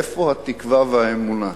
איפה התקווה והאמונה?